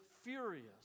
furious